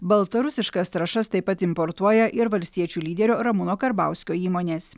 baltarusiškas trąšas taip pat importuoja ir valstiečių lyderio ramūno karbauskio įmonės